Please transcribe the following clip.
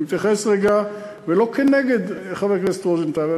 אני מתייחס רגע, ולא כנגד חבר הכנסת רוזנטל.